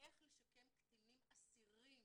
איך לשקם קטינים אסירים,